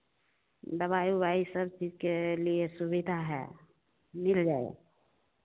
दवाई उवाइ सब चीज़ के लिए सुविधा है मिल जाएगा